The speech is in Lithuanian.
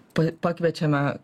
pa pakviečiame